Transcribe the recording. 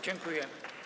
Dziękuję.